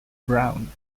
brown